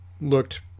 looked